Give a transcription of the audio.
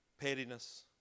pettiness